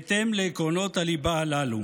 בהתאם לעקרונות הליבה הללו.